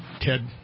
Ted